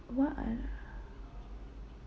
what are